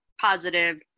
positive